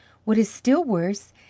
what is still worse,